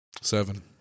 Seven